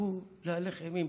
תפסיקו להלך אימים.